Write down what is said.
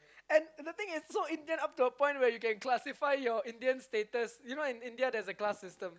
and the thing is so Indian up to a point where you can classify your Indian status like you know in Indian there's a class system